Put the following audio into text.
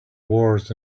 wars